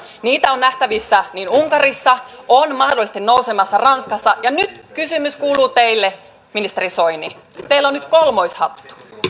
niitä on nähtävissä unkarissa on mahdollisesti nousemassa ranskassa nyt kysymys kuuluu teille ministeri soini teillä on nyt kolmoishattu